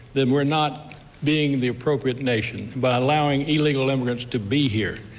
then we're not being the appropriate nation by allowing illegal immigrants to be here.